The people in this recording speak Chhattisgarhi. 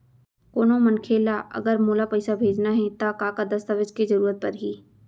कोनो मनखे ला अगर मोला पइसा भेजना हे ता का का दस्तावेज के जरूरत परही??